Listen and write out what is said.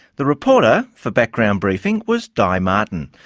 the reporter for background briefing was di martin,